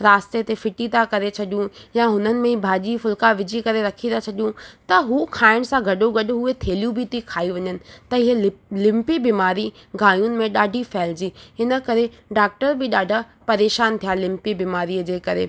रास्ते ते फिटी था करे छॾियूं या हुननि में भाॼी फुलिका विझी करे रखी त छॾियूं त हू खाइण सां गॾो गॾु उहे थेलियूं बि थी खाई वञनि त हीअ लिप लिंपी बीमारी गांहियुनि में ॾाढी फैलिजी हिन करे डाक्टर बि ॾाढा परेशान थिया लिंपी बीमारीअ जे करे